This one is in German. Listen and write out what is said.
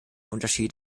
unterschied